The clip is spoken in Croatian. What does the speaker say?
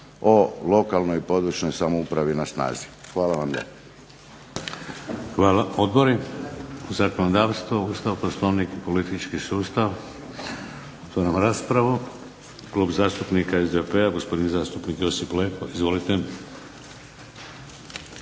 o lokalnoj i područnoj samoupravi na snazi. Hvala vam lijepa. **Šeks, Vladimir (HDZ)** Hvala. Odbori? Zakonodavstvo, Ustav, Poslovnik i politički sustav? Otvaram raspravu. Klub zastupnika SDP-a, gospodin zastupnik Josip Leko. Izvolite.